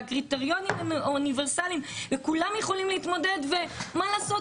שהקריטריונים אוניברסליים וכולם יכולים להתמודד ומה לעשות,